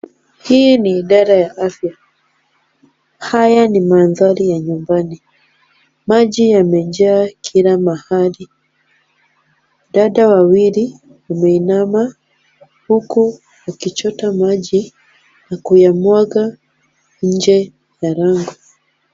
Hii ni idara ya afya, haya ni mandhari ya nyumbani, maji yamejaa kila mahali, dada wawili wameinama huku wakichota maji na kuyamwaga nje ya lango.